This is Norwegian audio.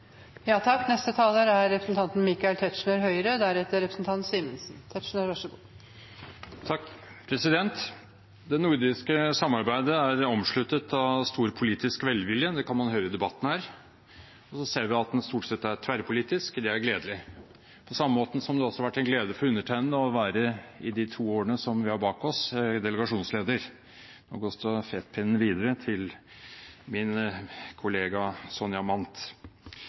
Det nordiske samarbeidet er omsluttet av stor politisk velvilje – det kan man høre i debatten her. Vi ser at den stort sett er tverrpolitisk, og det er gledelig – på samme måte som at det har vært en glede for undertegnede å være delegasjonsleder i de to årene som vi har bak oss. Nå går stafettpinnen videre til min kollega Sonja Mandt.